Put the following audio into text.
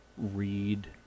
read